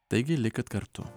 taigi likit kartu